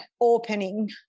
opening